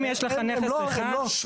אם יש לך נכס אחד --- רגע, רגע.